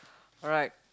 alright